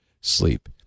sleep